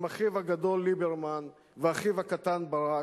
עם אחיו הגדול ליברמן ואחיו הקטן ברק,